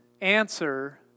answer